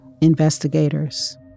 investigators